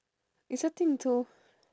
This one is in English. it's a thing jo